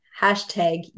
hashtag